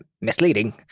misleading